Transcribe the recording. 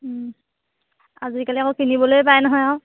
আজিকালি আকৌ কিনিবলে পায় নহয় আৰু